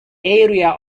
area